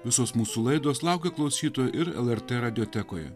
visos mūsų laidos laukia klausytojų ir lrt radijotekoje